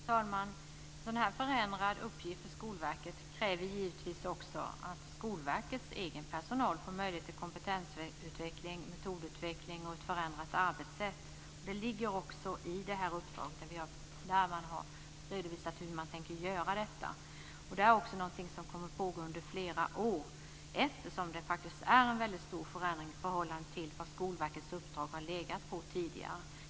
Fru talman! En sådan här förändrad uppgift för Skolverket kräver givetvis också att Skolverkets egen personal får möjlighet till kompetensutveckling, metodutveckling och ett förändrat arbetssätt, och det ligger också i det här uppdraget där det redovisas hur man tänker göra detta. Det här är också något som kommer att pågå i flera år eftersom det faktiskt är en väldigt stor förändring i förhållande till var Skolverkets uppdrag tidigare har legat.